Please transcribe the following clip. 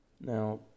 Now